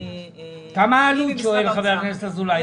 שואל חבר הכנסת אזולאי.